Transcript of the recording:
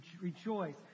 rejoice